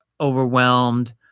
overwhelmed